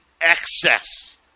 excess